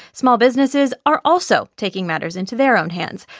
small businesses are also taking matters into their own hands.